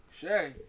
Shay